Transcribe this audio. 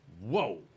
Whoa